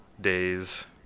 Days